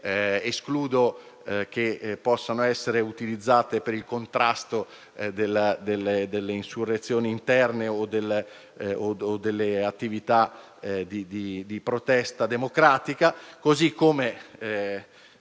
Escludo che possano essere utilizzate per il contrasto delle insurrezioni interne o delle attività di protesta democratica.